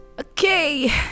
Okay